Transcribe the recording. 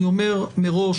אני אומר מראש,